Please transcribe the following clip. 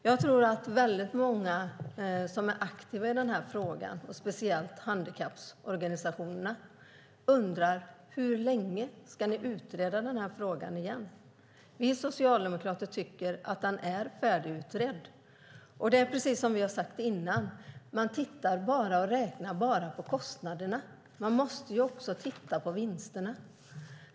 Jag tror att väldigt många som är aktiva i den här frågan, speciellt handikapporganisationerna, undrar hur länge ni ska utreda frågan. Vi socialdemokrater tycker att den är färdigutredd. Som vi sagt tidigare tittar och räknar man bara på kostnaderna, men man måste också titta på vinsterna.